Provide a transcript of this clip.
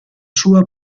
sua